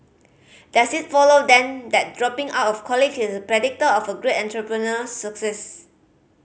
does it follow then that dropping out of college is a predictor of great entrepreneurial success